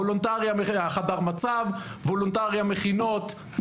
חדר המצב וולונטרי; המכינות וולונטריות,